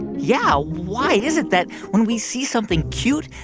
yeah. why is it that when we see something cute,